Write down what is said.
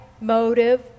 Motive